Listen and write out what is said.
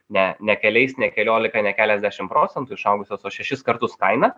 ne ne keliais ne keliolika ne keliasdešimt procentų išaugusios o šešis kartus kaina